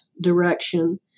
direction